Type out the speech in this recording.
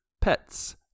pets